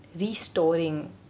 restoring